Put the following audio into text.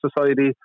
society